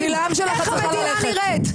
תראי איך המדינה נראית.